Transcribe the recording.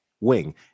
wing